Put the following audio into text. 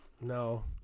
No